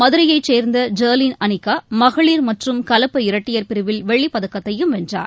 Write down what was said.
மதுரையைச் சேர்ந்த ஜெர்லின் அளிகா மகளிர் மற்றும் கலப்பு இரட்டையர் பிரிவில் வெள்ளிப் பதக்கத்தையும் வென்றார்